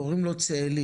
קוראים לו צאלים.